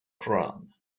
crown